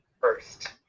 first